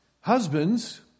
Husbands